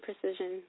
precision